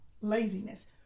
Laziness